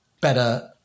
better